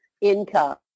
income